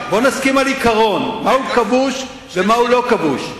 בוא נסכים על עיקרון, מהו כבוש ומהו לא כבוש.